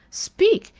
speak!